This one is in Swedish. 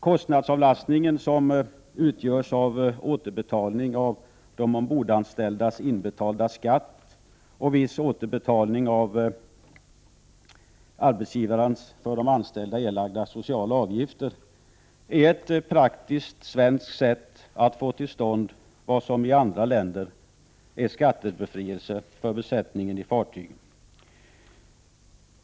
Kostnadsavlastningen, som utgörs av återbetalning av ombordanställdas inbetalda skatt och viss återbetalning av arbetsgivarens för de anställda erlagda sociala avgifter, är ett praktiskt svenskt sätt att få till stånd vad som i andra länder är skattebefrielse för besättningen i fartygen.